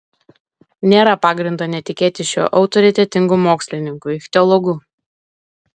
nėra pagrindo netikėti šiuo autoritetingu mokslininku ichtiologu